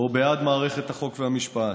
או בעד מערכת החוק והמשפט?